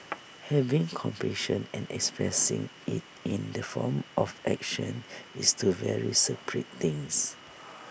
having compassion and expressing IT in the form of action is two very separate things